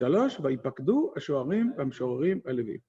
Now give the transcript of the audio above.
שלוש, ויפקדו השוערים והמשוררים הלווים.